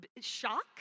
shock